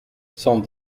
cent